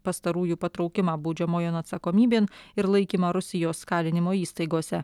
pastarųjų patraukimą baudžiamojon atsakomybėn ir laikymą rusijos kalinimo įstaigose